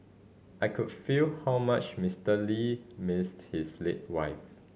I could feel how much Mister Lee missed his late wife